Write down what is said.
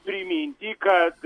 priminti kad